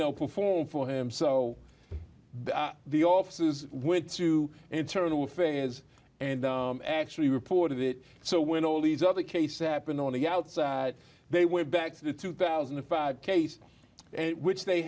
know conform for him so the offices with two internal affairs and actually reported it so when all these other cases happened on the outside they went back to the two thousand and five case which they